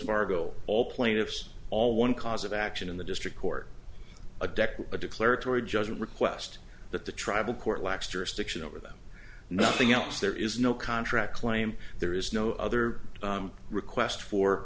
fargo all plaintiffs all one cause of action in the district court a decade a declaratory judgment request that the tribal court lacks jurisdiction over them nothing else there is no contract claim there is no other request